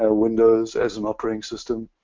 ah windows as an operating system.